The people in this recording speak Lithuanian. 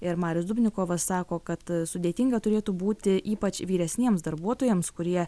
ir marius dubnikovas sako kad sudėtinga turėtų būti ypač vyresniems darbuotojams kurie